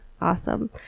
awesome